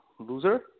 loser